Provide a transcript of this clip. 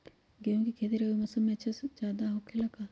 गेंहू के खेती रबी मौसम में ज्यादा होखेला का?